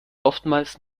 oftmals